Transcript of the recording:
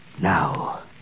Now